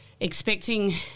expecting